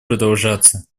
продолжаться